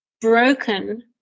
broken